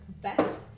Bet